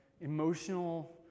Emotional